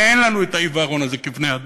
כי אין לנו העיוורון הזה כבני-אדם.